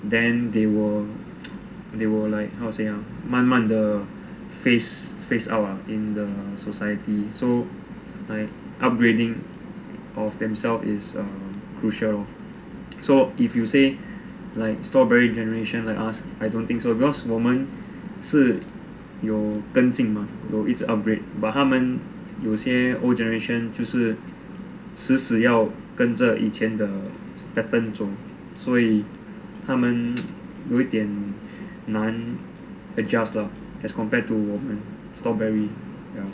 then they will they will like how to say ah 慢慢的 face face our in the society so like upgrading of themselves is crucial lor so if you say like strawberry generation like us I don't think so cause 我们是有跟进 mah 一直 upgrade but 他们有些 old generation 就是死死要跟着以前的 pattern 走他们有一点难 adjust lah as compared to 我们 strawberry